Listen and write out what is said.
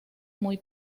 muy